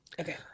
Okay